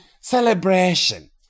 celebration